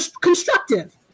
constructive